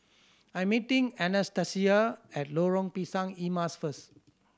I'm meeting Anastacia at Lorong Pisang Emas first